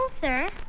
sir